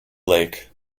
lake